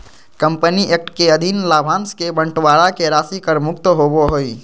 company act के अधीन लाभांश के बंटवारा के राशि कर मुक्त होबो हइ